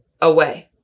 away